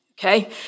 okay